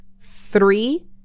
Three